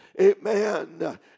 amen